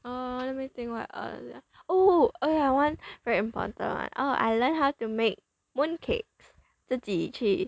uh let me think what others ah oh oh oh ya one very important one oh I learned how to make mooncakes 自己去